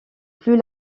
plus